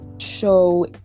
show